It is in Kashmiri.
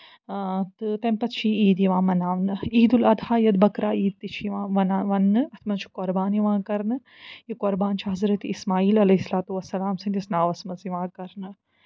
آ تہٕ تَمہِ پَتہٕ چھےٚ یہِ عیٖد یِوان مَناونہٕ عیٖدُ الاضحیٰ یَتھ بکرا عیٖد تہِ چھِ یِوان وَنان وَننہٕ اَتھ منٛز چھُ قۄربان تہِ یِوان کرنہٕ یہِ قۄربان چھُ حضرتِ اِسماعیٖل عَلَيهِ الصلوۃ والسلام سٕنٛدِس ناوَس منٛز یِوان کرنہٕ